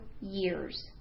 years